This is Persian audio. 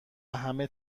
همه